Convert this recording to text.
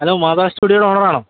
hello Matha സ്റ്റുഡിയോയുടെ ഓണറാണോ